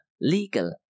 legal